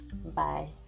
Bye